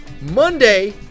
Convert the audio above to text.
Monday